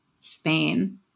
Spain